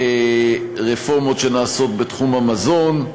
רפורמות שנעשות בתחום המזון,